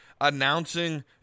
announcing